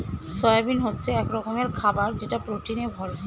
soybean হচ্ছে এক রকমের খাবার যেটা প্রোটিনে ভরপুর